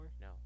No